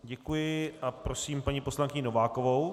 Děkuji a prosím paní poslankyni Novákovou.